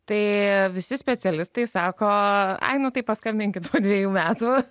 tai visi specialistai sako ai nu tai paskambinkit po dvejų metų